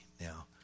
Now